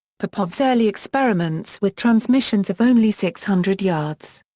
popov's early experiments were transmissions of only six hundred yards.